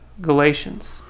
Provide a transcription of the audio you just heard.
Galatians